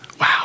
Wow